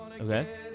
Okay